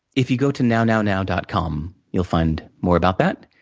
if you go to nownownow dot com, you'll find more about that.